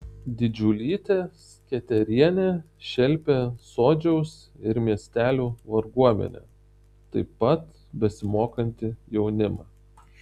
didžiulytė sketerienė šelpė sodžiaus ir miestelių varguomenę taip pat besimokantį jaunimą